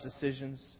decisions